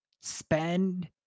Spend